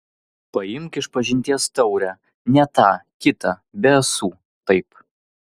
paimk išpažinties taurę ne tą kitą be ąsų taip